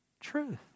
truth